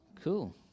cool